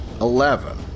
Eleven